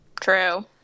True